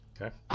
Okay